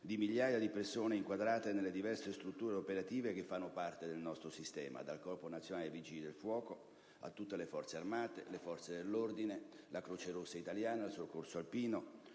di migliaia di persone inquadrate nelle diverse strutture operative che fanno parte del nostro sistema: dal Corpo nazionale dei vigili del fuoco a tutte le Forze armate, dalle forze dell'ordine alla Croce rossa italiana, al Soccorso alpino,